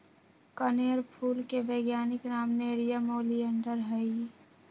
कनेर फूल के वैज्ञानिक नाम नेरियम ओलिएंडर हई